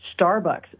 Starbucks